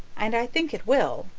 and i think it will,